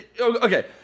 Okay